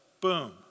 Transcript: boom